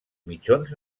mitjons